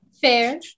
fair